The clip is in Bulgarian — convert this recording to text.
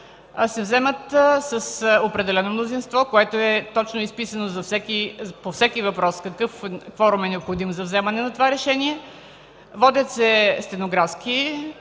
се вземат с определено мнозинство, което е точно изписано по всеки въпрос – какъв кворум е необходим за вземане на това решение, водят се стенографски